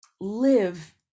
live